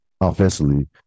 offensively